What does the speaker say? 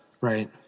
Right